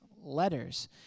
letters